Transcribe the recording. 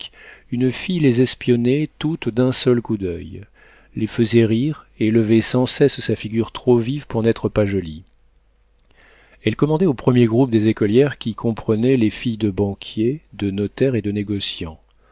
une fille les espionnait toutes d'un seul coup d'oeil les faisait rire et levait sans cesse sa figure trop vive pour n'être pas jolie elle commandait au premier groupe des écolières qui comprenait les filles de banquier de notaire et de négociant